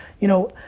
you know,